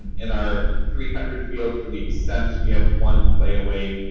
in our three hundred field for the extent, we have one playaway,